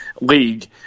league